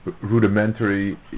rudimentary